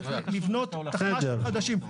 צריך לבנות תחמ"שים חדשים,